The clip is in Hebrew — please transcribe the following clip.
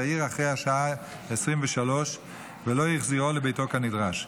צעיר אחרי השעה 23:00 ולא החזירו לביתו כנדרש,